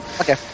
Okay